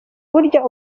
burya